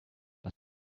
but